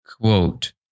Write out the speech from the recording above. quote